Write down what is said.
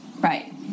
Right